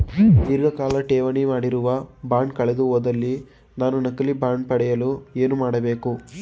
ಧೀರ್ಘಕಾಲ ಠೇವಣಿ ಮಾಡಿರುವ ಬಾಂಡ್ ಕಳೆದುಹೋದಲ್ಲಿ ನಾನು ನಕಲಿ ಬಾಂಡ್ ಪಡೆಯಲು ಏನು ಮಾಡಬೇಕು?